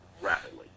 rapidly